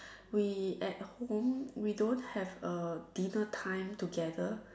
we at home we don't have a dinner time together